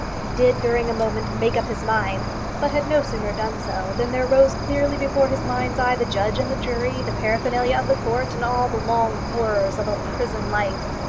he did during a moment, make up his mind but had no sooner done so than there rose clearly before his mind's eye the judge and the jury, the paraphernalia of the court, and all the long horrors of a prison life.